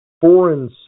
foreign